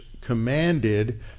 commanded